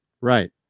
Right